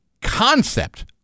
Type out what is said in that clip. concept